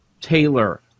Taylor